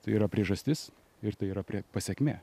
tai yra priežastis ir tai yra prie pasekmė